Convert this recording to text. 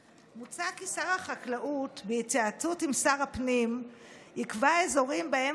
מוצע כי בהתייעצות עם שר הפנים יקבע שר החקלאות אזורים שבהם